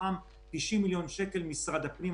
מתוכם 90 מיליון שקל ממשרד הפנים.